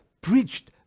preached